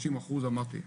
50 אחוז אמרתי,